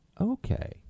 okay